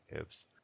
oops